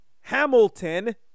Hamilton